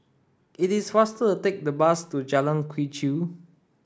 it is faster to take the bus to Jalan Quee Chew